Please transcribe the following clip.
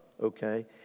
Okay